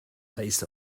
faced